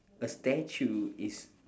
a statue is